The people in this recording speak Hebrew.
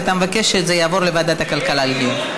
ואתה מבקש שזה יעבור לוועדת הכלכלה לדיון.